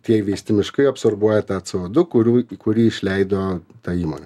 tie įveisti miškai absorbuoja tą co du kurių kurį išleido ta įmonė